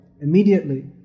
immediately